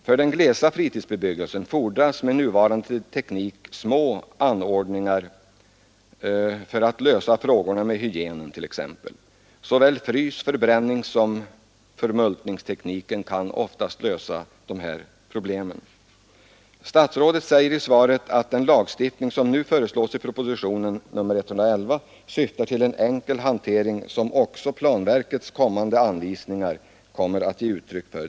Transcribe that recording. I den glesa fritidsbebyggelsen fordras med nuvarande teknik ganska små anordningar för att t.ex. lösa de hygieniska frågorna. Såväl fryssom förbränningsoch förmultningstekniken kan ofta lösa de problemen. I svaret säger statsrådet att den lagstiftning som nu föreslås i propositionen 111 syftar till en enkel hantering, som också planverkets anvisningar kommer att ge uttryck för.